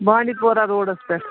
بانٛڈی پوٗرہ روڈَس پٮ۪ٹھ